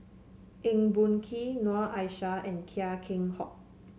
Eng Boh Kee Noor Aishah and Chia Keng Hock